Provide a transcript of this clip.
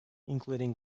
including